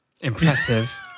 Impressive